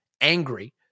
angry